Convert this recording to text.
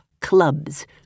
clubs